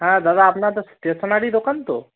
হ্যাঁ দাদা আপনার তো স্টেশনারি দোকান তো